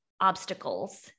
obstacles